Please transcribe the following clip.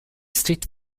street